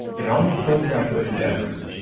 in all your postgraduate endeavors,